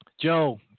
Joe